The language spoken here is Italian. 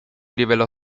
rivelò